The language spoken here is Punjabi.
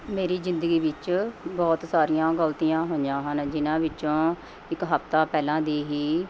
ਮੇਰੀ ਜ਼ਿੰਦਗੀ ਵਿੱਚ ਬਹੁਤ ਸਾਰੀਆਂ ਗਲਤੀਆਂ ਹੋਈਆਂ ਹਨ ਜਿਨ੍ਹਾਂ ਵਿੱਚੋਂ ਇੱਕ ਹਫਤਾ ਪਹਿਲਾਂ ਦੀ ਹੀ